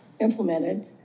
implemented